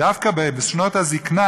ודווקא בשנות הזיקנה,